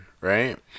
right